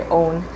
own